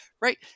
Right